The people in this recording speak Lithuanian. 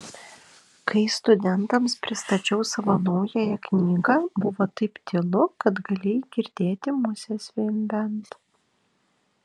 kai studentams pristačiau savo naująją knygą buvo taip tylu kad galėjai girdėti musę zvimbiant